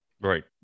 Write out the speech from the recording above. Right